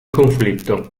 conflitto